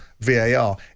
VAR